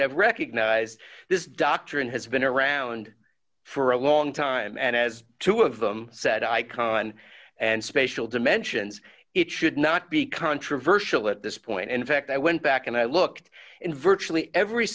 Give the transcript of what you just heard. have recognized this doctrine has been around for a long time and as two of them said icon and spatial dimensions it should not be controversial at this point in fact i went back and i looked in virtually every